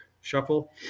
shuffle